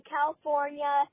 California